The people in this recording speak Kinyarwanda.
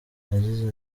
yagize